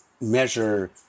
measure